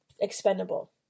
expendable